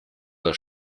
das